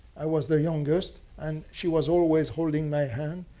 i was the youngest. and she was always holding my hand.